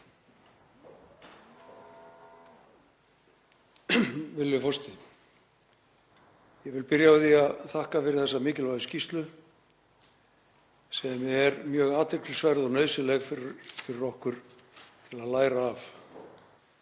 forseti. Ég vil byrja á því að þakka fyrir þessa mikilvægu skýrslu sem er mjög athyglisverð og nauðsynleg fyrir okkur til að læra af.